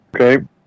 Okay